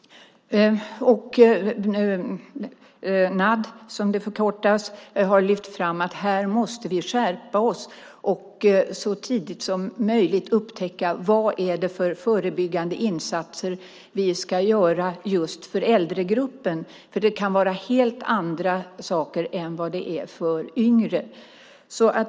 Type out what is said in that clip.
NAD, som namnet förkortas, har lyft fram att vi här måste skärpa oss och så tidigt som möjligt upptäcka vilka förebyggande insatser som ska göras just för äldregruppen. Det kan vara helt andra saker än vad det är för yngre.